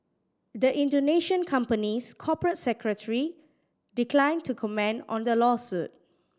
the Indonesian company's corporate secretary declined to comment on the lawsuit